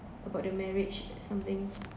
about the marriage something